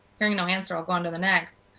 hearing no answer, i will go on to the next.